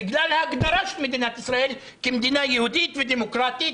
בגלל ההגדרה של מדינת ישראל כמדינה יהודית ודמוקרטית,